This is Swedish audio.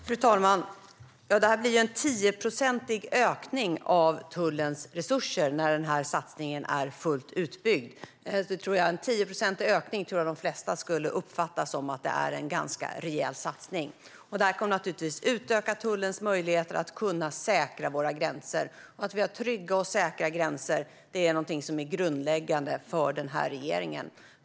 Fru talman! Det blir en 10-procentig ökning av tullens resurser när denna satsning är fullt utbyggd. Jag tror att de flesta skulle uppfatta en 10procentig ökning som en ganska rejäl satsning. Detta kommer naturligtvis att utöka tullens möjligheter att säkra våra gränser. Att vi har trygga och säkra gränser är någonting som är grundläggande för denna regering.